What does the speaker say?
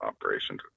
operation